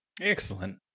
Excellent